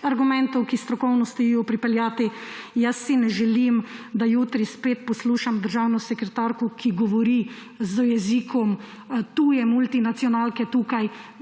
argumentov k strokovnosti pripeljati. Jaz si ne želim, da jutri spet poslušam državno sekretarko, ki govori z jezikom tuje multinacionalke tukaj